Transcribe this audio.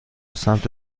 سمت